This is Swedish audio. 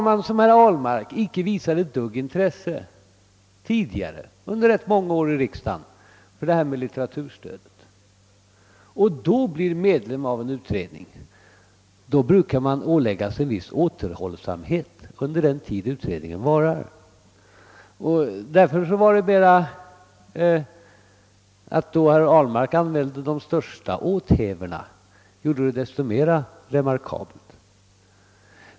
Men har man icke visat ett dugg intresse tidigare under rätt många år i riksdagen för en fråga — som när det nu gäller herr Ahlmark och litteraturstödet — och blir ledamot av en utredning, så brukar man ålägga sig en viss återhållsamhet under den tid utredningen arbetar. Att herr Ahlmark använde de största åthävorna gjorde det hela så mycket mera remarkabelt.